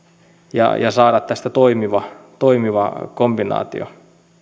jotta saadaan tästä toimiva kombinaatio